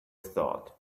thought